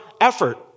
effort